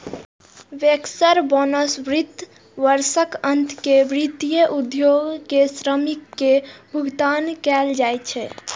bankers bonus वित्त वर्षक अंत मे वित्तीय उद्योग के श्रमिक कें भुगतान कैल जाइ छै